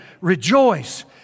Rejoice